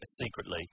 secretly